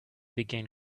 began